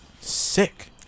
sick